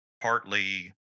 partly